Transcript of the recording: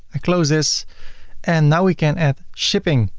i close this and now we can add shipping,